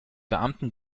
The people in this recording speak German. beamten